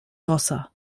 rossa